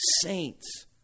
saints